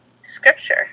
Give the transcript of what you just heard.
scripture